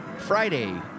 Friday